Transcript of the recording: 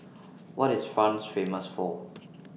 What IS France Famous For